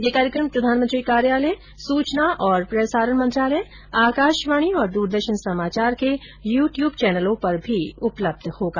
यह कार्यक्रम प्रधानमंत्री कार्यालय सूचना और प्रसारण मंत्रालय आकाशवाणी और द्रदर्शन समाचार के यू ट्यूब चैनलों पर भी उपलब्ध होगा